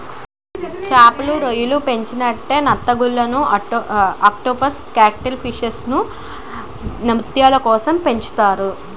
చేపలు, రొయ్యలు పండించినట్లే నత్తగుల్లలు ఆక్టోపస్ కేటిల్ ఫిష్లను ముత్యాల కోసం పండిస్తున్నారు